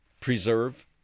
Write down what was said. preserve